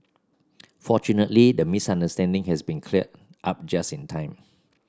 fortunately the misunderstanding has been cleared up just in time